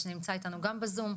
שנמצא איתנו גם בזום,